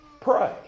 pray